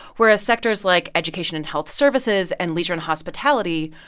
whereas sectors like education and health services and leisure and hospitality,